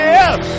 Yes